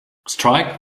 strike